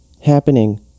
happening